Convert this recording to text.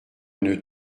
une